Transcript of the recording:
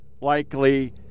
likely